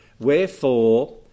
Wherefore